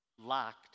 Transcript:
locked